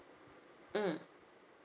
mm